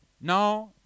now